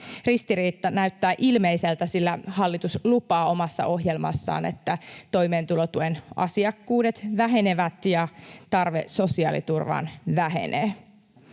Ristiriita näyttää ilmeiseltä, sillä hallitus lupaa omassa ohjelmassaan, että toimeentulotuen asiakkuudet vähenevät ja tarve sosiaaliturvaan vähenee.